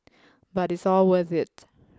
but it's all worth it